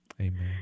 Amen